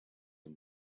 and